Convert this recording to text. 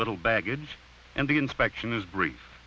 little baggage and the inspection is brief